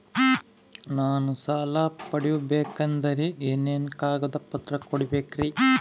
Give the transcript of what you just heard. ನಾನು ಸಾಲ ಪಡಕೋಬೇಕಂದರೆ ಏನೇನು ಕಾಗದ ಪತ್ರ ಕೋಡಬೇಕ್ರಿ?